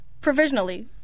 Provisionally